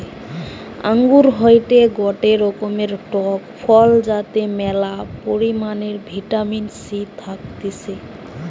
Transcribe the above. আঙ্গুর হয়টে গটে রকমের টক ফল যাতে ম্যালা পরিমাণে ভিটামিন সি থাকতিছে